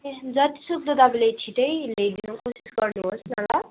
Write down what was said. ए जति सक्दो तपाईँले छिटै ल्याइदिनु कोसिस गर्नु होस् न ल